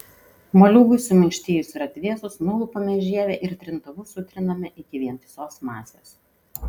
moliūgui suminkštėjus ir atvėsus nulupame žievę ir trintuvu sutriname iki vientisos masės